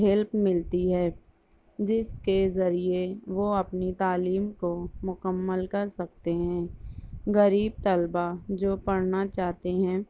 help ملتی ہے جس کے ذریعے وہ اپنی تعلیم کو مکمل کر سکتے ہیں غریب طلبا جو پڑھنا چاہتے ہیں